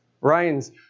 Ryan's